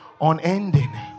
unending